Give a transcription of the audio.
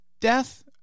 death